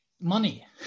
money